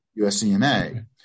USCMA